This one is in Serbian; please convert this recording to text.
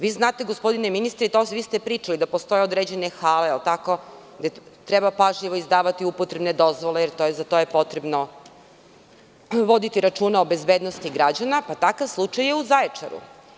Vi znate, gospodine ministre, pričali ste, da postoje određene hale, gde treba pažljivo izdavati upotrebne dozvole, jer za to je potrebno voditi računa o bezbednosti građana, pa takav je slučaj u Zaječaru.